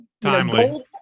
timely